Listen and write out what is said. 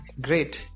great